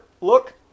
look